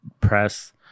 press